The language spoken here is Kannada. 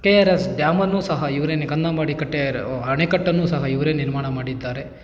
ಕೆ ಆರ್ ಎಸ್ ಡ್ಯಾಮನ್ನು ಸಹ ಇವರೇ ಕನ್ನಂಬಾಡಿ ಕಟ್ಟೆ ಅಣೆಕಟ್ಟನ್ನು ಸಹ ಇವರೆ ನಿರ್ಮಾಣ ಮಾಡಿದ್ದಾರೆ